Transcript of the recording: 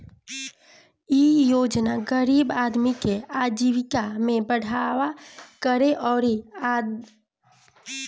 इ योजना गरीब आदमी के आजीविका में बढ़ावा करे अउरी आमदनी बढ़ावे खातिर हवे